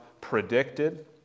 predicted